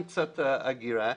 גם קצת אגירה,